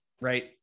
right